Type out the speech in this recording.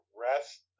rest